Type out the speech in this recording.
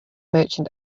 merchant